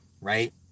right